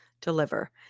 deliver